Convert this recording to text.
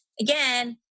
Again